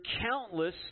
countless